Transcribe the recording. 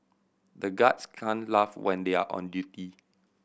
the guards can't laugh when they are on duty